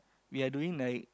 we are doing like